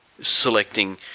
Selecting